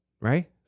right